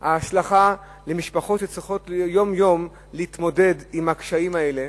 ההשלכה על משפחות שצריכות יום-יום להתמודד עם הקשיים האלה,